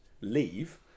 leave